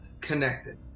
connected